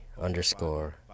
Underscore